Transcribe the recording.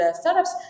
startups